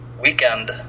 weekend